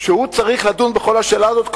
שצריך לדון בכל השאלה הזאת,